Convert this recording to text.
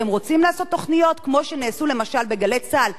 אתם רוצים לעשות תוכניות כמו שנעשו למשל ב"גלי צה"ל",